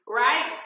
right